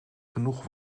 genoeg